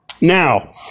Now